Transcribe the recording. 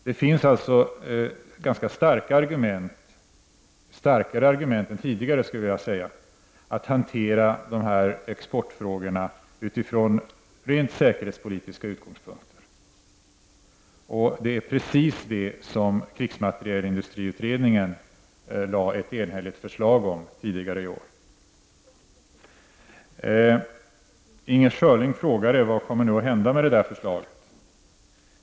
Det finns alltså starkare argument nu än det fanns tidigare när det gäller att hantera sådana här exportfrågor från rent säkerhetspolitiska utgångspunkter. Det är precis det som krigsmaterielindustriutredningen lade fram ett enhälligt förslag om tidigare i år. Inger Schörling frågade vad som kommer att hända med det förslaget.